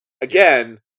Again